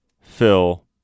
phil